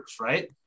right